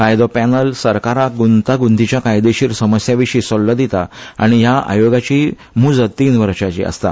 कायदो पॅनल सरकाराक ग्रंताग्रंतीच्या कायदेशीर समस्या विशीं सल्लो दितात आनी ह्या आयोगाची मुजत तीन वर्सांची आसता